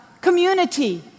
community